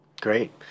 great